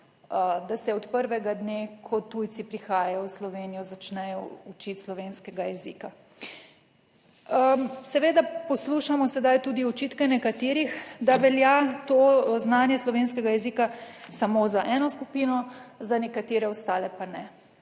da se od prvega dne, ko tujci prihajajo v Slovenijo začnejo učiti slovenskega jezika. Seveda poslušamo sedaj tudi očitke nekaterih, da velja to znanje slovenskega jezika samo za eno skupino, za nekatere ostale pa ne.